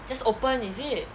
just open is it